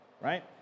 right